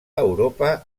europa